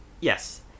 Yes